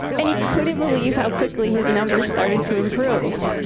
and he couldn't believe how quickly his numbers started to improve.